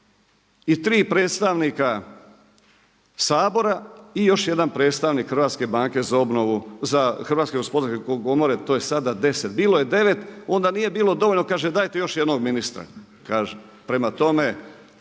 i 3 predstavnika Sabora i još jedan predstavnik Hrvatske banke za obnovu, Hrvatske gospodarske komore. To je sada 10, bilo je 9, onda nije bilo dovoljno kaže dajte još jednog ministra, kaže. Prema tome,